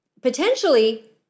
Potentially